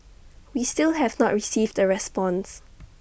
we still have not received the response